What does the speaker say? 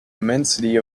immensity